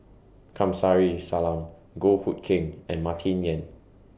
Kamsari Salam Goh Hood Keng and Martin Yan